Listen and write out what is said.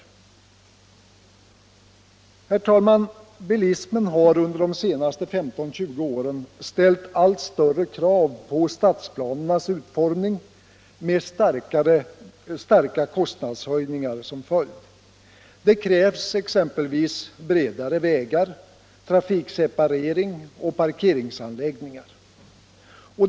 koppling i hyresav Bilismen har under de senaste 15-20 åren ställt allt större krav på = tal av hyra av stadsplanernas utformning med starka kostnadshöjningar som följd. Det — bostad och hyra av krävs exempelvis bredare vägar, trafikseparering och parkeringsanlägg = bilplats ningar.